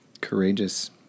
Courageous